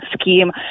scheme